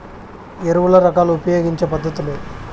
ఎరువుల రకాలు ఉపయోగించే పద్ధతులు?